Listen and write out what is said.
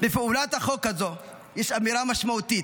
בפעולת החוק הזו יש אמירה משמעותית: